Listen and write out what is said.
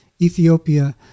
Ethiopia